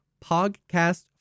podcast